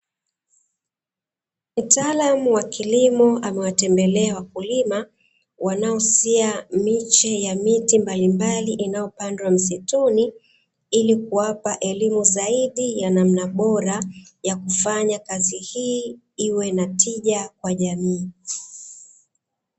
Mtaalamu wa kilimo amewatembelea wakulima wanaosia miche ya miti mbalimbali inayopandwa msituni, ili kuwapa elimu zaidi ya namna bora ya kufanya kazi hii iwe na tija kwa jamii.